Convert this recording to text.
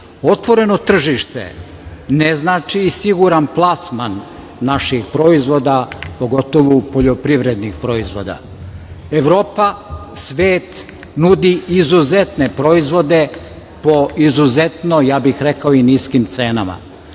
Otvoreno tržište ne znači i siguran plasman naših proizvoda, pogotovo poljoprivrednih proizvoda. Evropa, svet nude izuzetne proizvode po izuzetno, ja bih rekao, i niskim cenama.